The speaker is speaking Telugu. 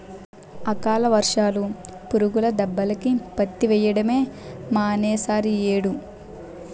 అకాల వర్షాలు, పురుగుల దెబ్బకి పత్తి వెయ్యడమే మానీసేరియ్యేడు